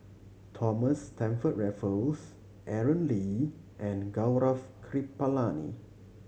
Thomas Stamford Raffles Aaron Lee and Gaurav Kripalani